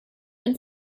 and